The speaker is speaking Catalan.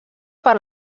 per